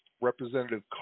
Representative